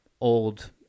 old